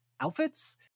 outfits